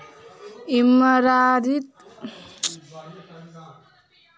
इमारती लकड़ीक उत्पादनक लेल प्रकृति पर निर्भर रहैत छी